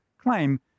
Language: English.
claim